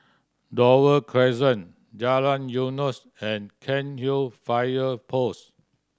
Dover Crescent Jalan Eunos and Cairnhill Fire Post